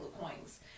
coins